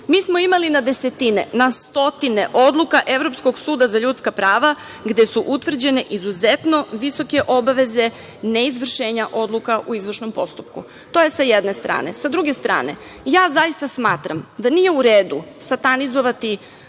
smo imali na desetine, na stotine odluka Evropskog suda za ljudska prava gde su utvrđene izuzetno visoke obaveze neizvršenja odluka u izvršnom postupku. To je sa jedne strane. Sa druge strane, ja zaista smatram da nije u redu satanizovati